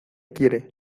quiere